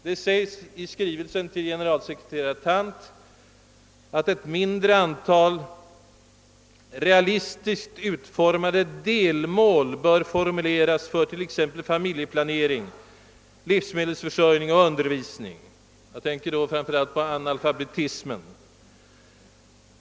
Det sägs i skrivelsen till generalsekreterare Thant att ett mindre antal realistiskt utformade delmål bör formuleras för t.ex. familjeplanering, livsmedelsförsörjning och undervisning; jag tänker då framför allt på behovet av att avlägsna analfabetismen.